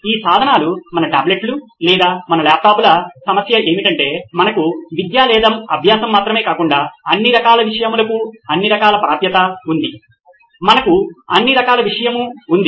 ఈ సాధనాలు మన టాబ్లెట్లు లేదా మన ల్యాప్టాప్లల సమస్య ఏమిటంటే మనకు విద్య లేదా అభ్యాసం మాత్రమే కాకుండా అన్ని రకాల విషయములకు అన్ని రకాల ప్రాప్యత ఉంది మనకు అన్ని రకాల విషయము ఉంది